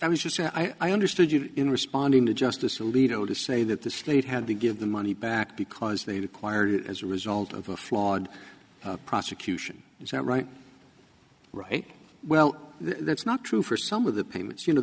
i was just i understood you in responding to justice alito to say that the state had to give the money back because they required it as a result of a flawed prosecution it's not right right well that's not true for some of the payments you know